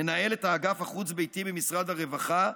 מנהלת האגף החוץ-ביתי במשרד הרווחה,